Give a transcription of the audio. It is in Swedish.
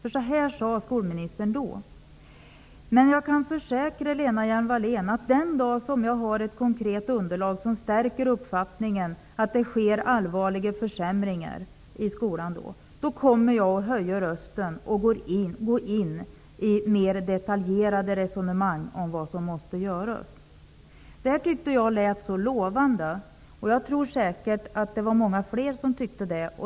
Då sade skolministern så här: ''-- men jag kan försäkra Lena Hjelm-Wallén att den dag som jag har ett konkret underlag som stärker uppfattningen att det sker allvarliga försämringar'' -- i skolan alltså -- ''kommer jag att höja rösten och gå in i mer detaljerade resonemang om vad som måste göras.'' Det här tyckte jag lät lovande, och jag tror säkert att det var många fler som tyckte det.